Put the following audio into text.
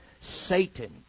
Satan